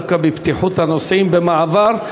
דווקא לבטיחות הנוסעים במעבר.